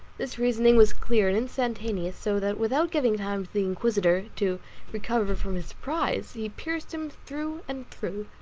this reasoning was clear and instantaneous so that without giving time to the inquisitor to recover from his surprise, he pierced him through and through,